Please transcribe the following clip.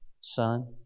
Son